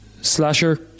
Slasher